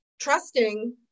trusting